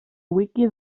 wiki